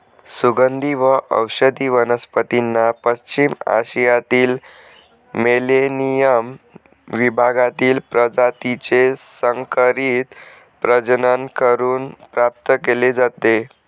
सुगंधी व औषधी वनस्पतींना पश्चिम आशियातील मेलेनियम विभागातील प्रजातीचे संकरित प्रजनन करून प्राप्त केले जाते